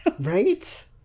Right